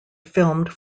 filmed